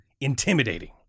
intimidating